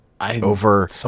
Over